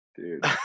Dude